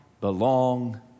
belong